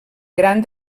gran